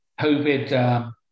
COVID